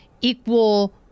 equal